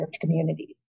communities